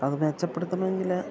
അത് മെച്ചപ്പെടുത്തണമെങ്കിൽ